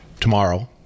tomorrow